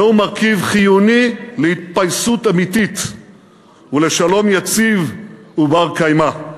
זהו מרכיב חיוני להתפייסות אמיתית ולשלום יציב ובר-קיימא.